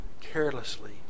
carelessly